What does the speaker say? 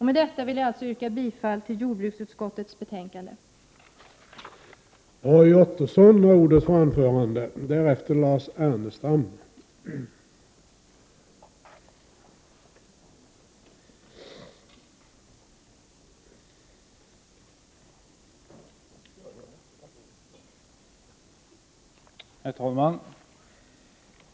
Med detta yrkar jag bifall till jordbruksutskottets hemställan i detta betänkande.